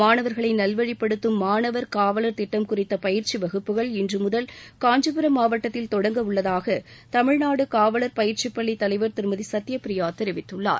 மாணவர்களை நல்வழிப்படுத்தும் மாணவர் காவலர் திட்டம் குறித்த பயிற்சி வகுப்புகள் இன்று முதல் காஞ்சீபுரம் மாவட்டத்தில் தொடங்கவுள்ளதாக தமிழ்நாடு காவலர் பயிற்சி பள்ளி தலைவர் திருமதி சத்தியபிரியா தெரிவித்துள்ளார்